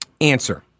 answer